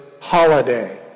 holiday